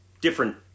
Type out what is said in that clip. different